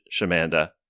Shamanda